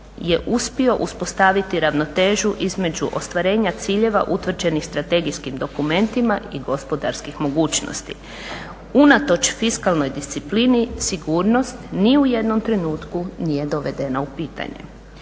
je uspio uspostaviti ravnotežu između ostvarenja ciljeva utvrđenih strategijskim dokumentima i gospodarskih mogućnosti. Unatoč fiskalnoj disciplini sigurnost ni u jednom trenutku nije dovedena u pitanje.